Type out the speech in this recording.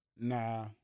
Nah